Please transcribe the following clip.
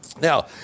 Now